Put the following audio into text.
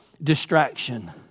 distraction